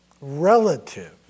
relative